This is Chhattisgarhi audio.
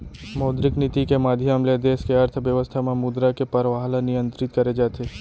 मौद्रिक नीति के माधियम ले देस के अर्थबेवस्था म मुद्रा के परवाह ल नियंतरित करे जाथे